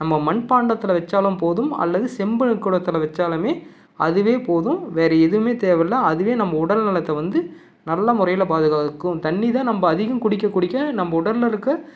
நம்ம மண்பாண்டத்தில் வைச்சாலும் போதும் அல்லது செம்பு குடத்துல வைச்சாலுமே அதுவே போதும் வேறு எதுவுமே தேவையில்ல அதுவே நம்ம உடல் நலத்தை வந்து நல்ல முறையில் பாதுகாக்கும் தண்ணி தான் நம்ம அதிகம் குடிக்க குடிக்க நம்ம உடலில் இருக்க